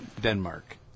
Denmark